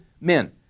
men